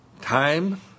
Time